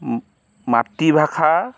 মাতৃভাষা